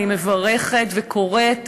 אני מברכת וקוראת,